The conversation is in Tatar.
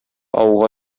ауга